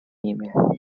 email